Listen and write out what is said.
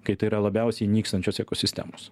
kai tai yra labiausiai nykstančios ekosistemos